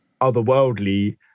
otherworldly